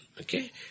okay